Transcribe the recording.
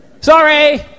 Sorry